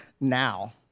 now